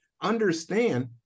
understand